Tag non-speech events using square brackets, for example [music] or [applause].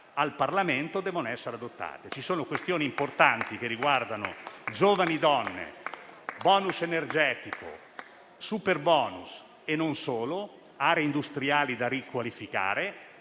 al Parlamento, devono essere adottate. [applause] Ci sono questioni importanti che riguardano giovani donne, *bonus* energetico, superbonus e non solo, aree industriali da riqualificare;